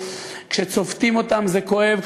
כשצובטים אותם זה כואב,